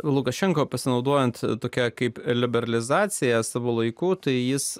lukašenka pasinaudojant tokia kaip ir liberalizacija savo laiku tai jis